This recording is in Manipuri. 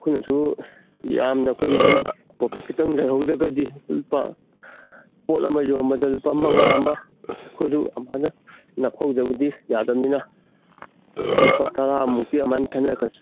ꯑꯩꯈꯣꯏꯅꯁꯨ ꯌꯥꯝꯅ ꯑꯩꯈꯣꯏꯒꯤꯁꯨ ꯄ꯭ꯔꯣꯐꯤꯠ ꯈꯤꯇꯪ ꯂꯩꯍꯧꯗ꯭ꯔꯒꯗꯤ ꯂꯨꯄꯥ ꯄꯣꯠ ꯑꯃ ꯌꯣꯟꯕꯗ ꯂꯨꯄꯥ ꯃꯉꯥꯃ ꯑꯩꯈꯣꯏꯁꯨ ꯑꯃꯥꯏꯅ ꯅꯞꯐꯧꯗ꯭ꯔꯒꯗꯤ ꯌꯥꯗꯝꯅꯤꯅ ꯂꯨꯄꯥ ꯇꯔꯥꯃꯨꯛꯇꯤ ꯑꯃꯥꯏꯅ ꯈꯦꯠꯅꯔꯛꯀꯅꯤ